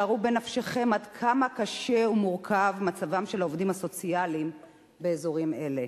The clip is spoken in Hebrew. שערו בנפשכם עד כמה קשה ומורכב מצבם של העובדים הסוציאליים באזורים אלה.